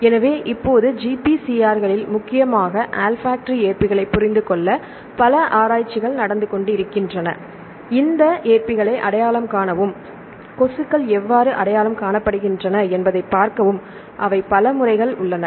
எனவே இப்போது GPCR களில் முக்கியமாக ஆல்ஃபாக்டரி ஏற்பிகளைப் புரிந்துகொள்ள பல ஆராய்ச்சிகள் நடந்து கொண்டிருக்கின்றன இந்த ஏற்பிகளை அடையாளம் காணவும் கொசுக்கள் எவ்வாறு அடையாளம் காணப்படுகின்றன என்பதைப் பார்க்கவும் அவை பல முறைகள் உள்ளன